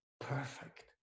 perfect